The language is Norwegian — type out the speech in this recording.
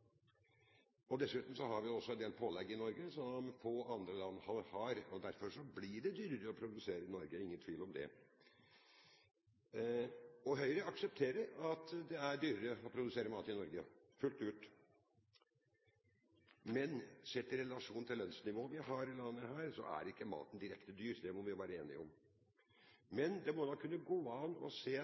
verdensmarkedsprisene. Dessuten har vi en del pålegg i Norge som få andre land har. Derfor er det ingen tvil om at det blir dyrere å produsere i Norge. Høyre aksepterer fullt ut at det er dyrere å produsere mat i Norge. Sett i relasjon til lønnsnivået vi har her i landet, må vi være enige om at maten ikke er direkte dyr. Men det må da gå an å se